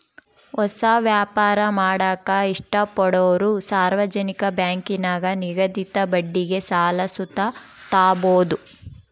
ಹೊಸ ವ್ಯಾಪಾರ ಮಾಡಾಕ ಇಷ್ಟಪಡೋರು ಸಾರ್ವಜನಿಕ ಬ್ಯಾಂಕಿನಾಗ ನಿಗದಿತ ಬಡ್ಡಿಗೆ ಸಾಲ ಸುತ ತಾಬೋದು